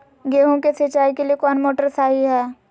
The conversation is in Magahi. गेंहू के सिंचाई के लिए कौन मोटर शाही हाय?